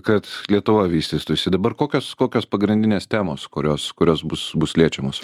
kad lietuva vystytųsi dabar kokios kokios pagrindinės temos kurios kurios bus bus liečiamos